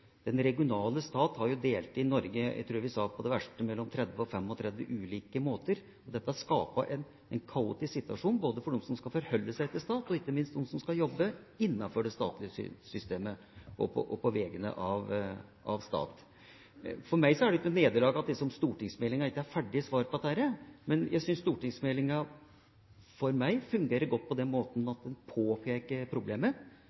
den regionale stat har jo delt inn Norge på, jeg tror vi sa, mellom 30 og 35 ulike måter på det verste. Dette skaper en kaotisk situasjon, både for dem som skal forholde seg til staten, og ikke minst dem som skal jobbe innenfor det statlige systemet og på vegne av staten. For meg er det ikke noe nederlag at denne stortingsmeldinga ikke gir et ferdig svar på dette. Jeg syns stortingsmeldinga for meg fungerer godt på den måten at den påpeker problemet